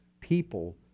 people